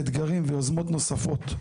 אתגרים ויוזמות נוספות.